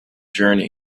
journey